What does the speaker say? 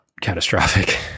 catastrophic